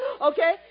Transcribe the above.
okay